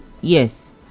Yes